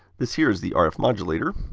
this here is the ah rf modulator.